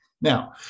Now